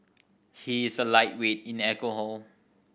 he is a lightweight in alcohol